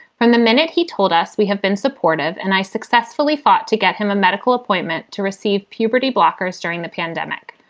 from the minute he told us, we have been supportive and i successfully fought to get him a medical appointment to receive puberty blockers during the pandemic,